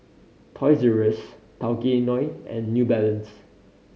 Toys Z Rs Tao Kae Noi and New Balance